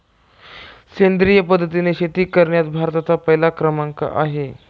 सेंद्रिय पद्धतीने शेती करण्यात भारताचा पहिला क्रमांक आहे